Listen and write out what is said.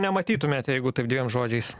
nematytumėt jeigu taip dviem žodžiais